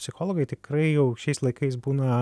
psichologai tikrai jau šiais laikais būna